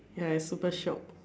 ya its super shop